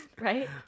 right